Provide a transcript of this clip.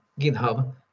GitHub